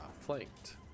flanked